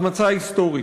החמצה היסטורית.